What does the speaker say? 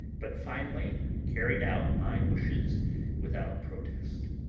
but finally carried out my wishes without protest.